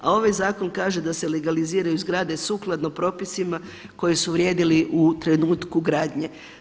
A ovaj zakon kaže da se legaliziraju zgrade sukladno propisima koji su vrijedili u trenutku gradnje.